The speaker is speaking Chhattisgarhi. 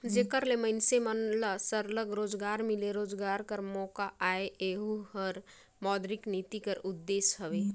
जेकर ले मइनसे मन ल सरलग रोजगार मिले, रोजगार कर मोका आए एहू हर मौद्रिक नीति कर उदेस हवे